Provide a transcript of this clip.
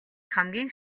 хамгийн